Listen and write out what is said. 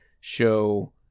show